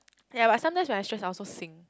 ya but sometimes when I stress I also sing